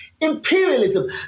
imperialism